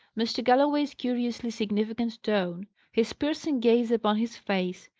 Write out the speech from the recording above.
mr. galloway's curiously significant tone, his piercing gaze upon his face,